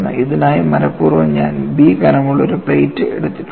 ഇതിനായി മനപൂർവ്വം ഞാൻ B കനമുള്ള ഒരു പ്ലേറ്റ് എടുത്തിട്ടുണ്ട്